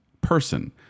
person